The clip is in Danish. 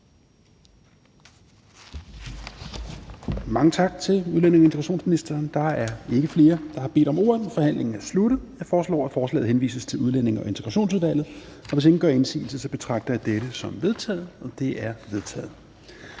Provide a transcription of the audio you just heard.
Mange tak til udlændinge- og integrationsministeren. Der er ikke flere, der har bedt om ordet, så forhandlingen er sluttet. Jeg foreslår, at forslaget henvises til Udlændinge- og Integrationsudvalget. Hvis ingen gør indsigelse, betragter jeg dette som vedtaget. Det er vedtaget.